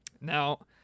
Now